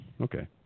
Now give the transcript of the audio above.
okay